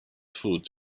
foot